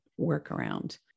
workaround